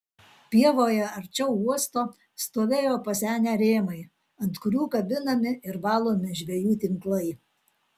pievoje arčiau uosto stovėjo pasenę rėmai ant kurių kabinami ir valomi žvejų tinklai